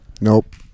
Nope